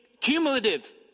cumulative